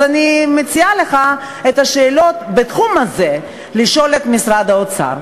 אז אני מציעה לך לשאול את השאלות בתחום הזה את משרד האוצר.